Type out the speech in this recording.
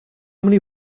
many